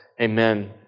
Amen